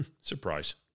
Surprise